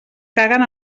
caguen